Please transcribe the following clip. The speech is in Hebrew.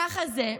ככה זה,